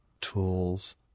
tools